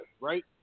right